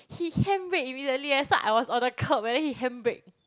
he handbrake immediately eh so I was on the curb and then he handbrake